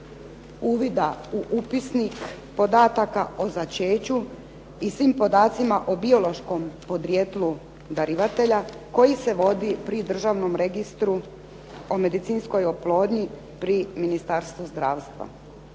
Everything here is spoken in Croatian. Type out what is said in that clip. uvida u upisnik podataka o začeću i svim podacima o biološkom podrijetlu darivatelja koji se vodi pri Državnom registru o medicinskoj oplodnji pri Ministarstvu zdravstva.